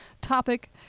topic